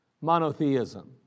Monotheism